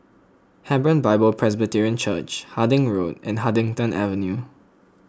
Hebron Bible Presbyterian Church Harding Road and Huddington Avenue